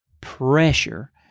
pressure